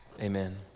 amen